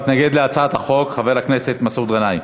מתנגד להצעת החוק, חבר הכנסת מסעוד גנאים.